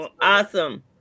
awesome